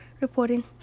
reporting